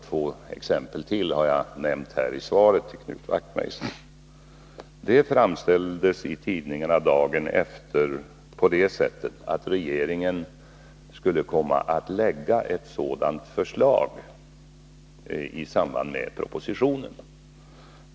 Två exempel till har jag nämnt här i svaret till Knut Wachtmeister. Det framställdes i tidningarna dagen efter på det sättet att regeringen skulle komma att lägga ett sådant förslag i samband med propositionen.